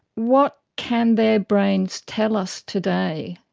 what can their brains tell us today?